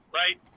right